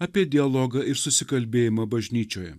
apie dialogą ir susikalbėjimą bažnyčioje